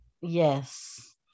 yes